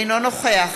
אינו נוכח